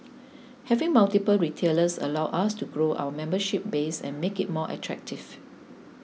having multiple retailers allows us to grow our membership base and make it more attractive